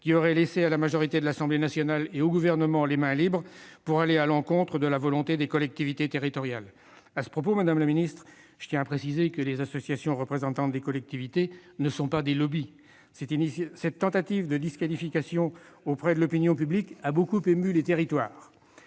cela aurait laissé à la majorité de l'Assemblée nationale et au Gouvernement les mains libres pour aller à l'encontre de la volonté des collectivités territoriales. À ce propos, madame la secrétaire d'État, je tiens à préciser que les associations représentant celles-ci ne sont pas des lobbies. Très bien ! Cette tentative de disqualification auprès de l'opinion publique a beaucoup ému dans les territoires.